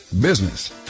business